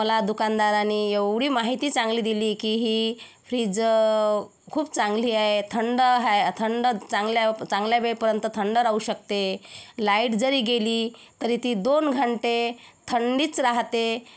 मला दुकानदाराने एवढी माहिती चांगली दिली की ही फ्रीज खूप चांगली आहे थंड आहे थंड चांगल्या चांगल्या वेळेपर्यन्त थंड राहू शकते लाइट जरी गेली तरी ती दोन घंटे थंडीच राहते